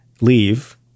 leave